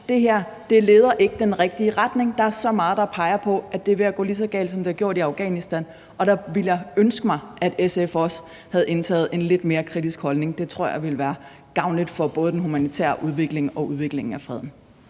Det her leder ikke i den rigtige retning. Der er så meget, der peger på, at det er ved at gå lige så galt, som det har gjort i Afghanistan, og der ville jeg ønske mig, at SF også havde indtaget en lidt mere kritisk holdning. Det tror jeg ville være gavnligt for både den humanitære udvikling og udviklingen af freden.